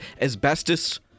asbestos